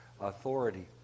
authority